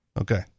Okay